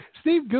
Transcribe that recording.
Steve